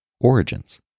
Origins